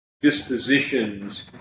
dispositions